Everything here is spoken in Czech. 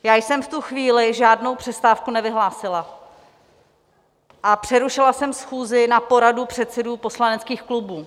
Já jsem v tu chvíli žádnou přestávku nevyhlásila a přerušila jsem schůzi na poradu předsedů poslaneckých klubů.